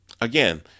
Again